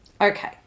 okay